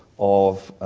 of